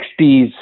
60s